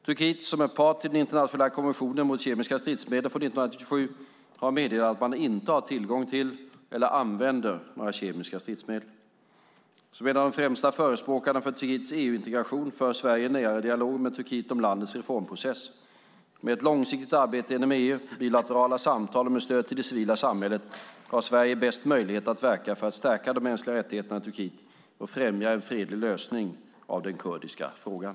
Turkiet, som är part till den internationella konventionen mot kemiska stridsmedel från 1997, har meddelat att man inte har tillgång till eller använder några kemiska stridsmedel. Som en av de främsta förespråkarna för Turkiets EU-integration för Sverige en nära dialog med Turkiet om landets reformprocess. Med ett långsiktigt arbete genom EU, bilaterala samtal och stöd till det civila samhället har Sverige bäst möjlighet att verka för att stärka de mänskliga rättigheterna i Turkiet och främja en fredlig lösning av den kurdiska frågan.